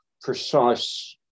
precise